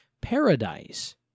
paradise